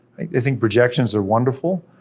i think projections are wonderful,